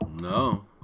No